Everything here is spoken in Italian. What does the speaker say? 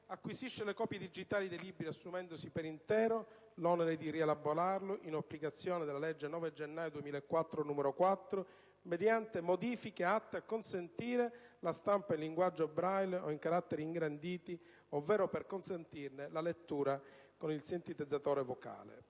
acquisisce le copie digitali dei libri assumendosi per intero l'onere di rielaborarlo, in applicazione della legge 9 gennaio 2004, n. 4, mediante modifiche atte a consentire la stampa in linguaggio Braille o in caratteri ingranditi ovvero per consentirne la lettura con il sintetizzatore vocale.